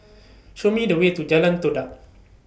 Show Me The Way to Jalan Todak